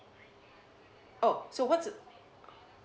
oh so what's a